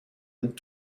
een